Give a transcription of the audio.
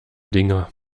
dinger